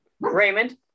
Raymond